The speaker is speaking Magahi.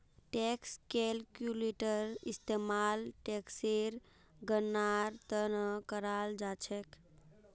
टैक्स कैलक्यूलेटर इस्तेमाल टेक्सेर गणनार त न कराल जा छेक